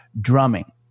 drumming